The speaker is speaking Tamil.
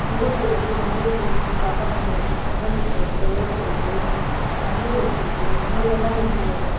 முல்லைப்பூ இருக்கு மல்லிகைப்பூ இருக்கு காக்கரட்டான் பூ இருக்கு செவ்வந்தி பூ இருக்கு ரோஸ் இருக்கு பன்னீர் ரோஸ் இருக்கு உங்களுக்கு என்னமாரி பூ வேணும்